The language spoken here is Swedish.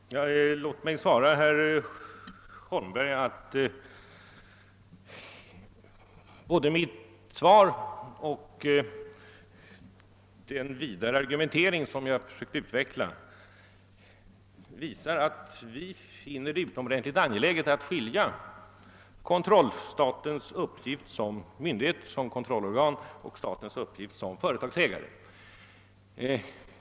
Herr talman! Låt mig säga till herr Holmberg att både mitt interpellationssvar och den vidare argumentering som jag har försökt utveckla visar att vi finner det utomordentligt angeläget att skilja mellan statens uppgift som kontrollorgan och dess uppgift som företagsägare.